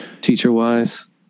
teacher-wise